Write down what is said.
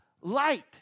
light